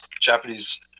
Japanese